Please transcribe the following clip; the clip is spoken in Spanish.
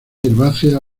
herbácea